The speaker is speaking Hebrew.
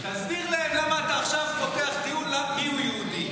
תסביר להם למה אתה פותח עכשיו דיון על מיהו יהודי.